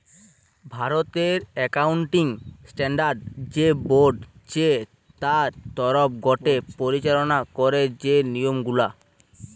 ভারতের accounting standard যে board চে তার তরফ গটে পরিচালনা করা যে নিয়ম গুলা